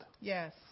Yes